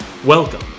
Welcome